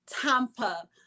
Tampa